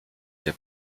der